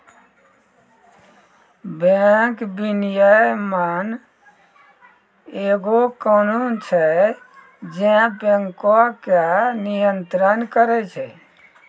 bank विनियमन एगो कानून छै जे बैंको के नियन्त्रण करै छै